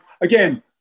Again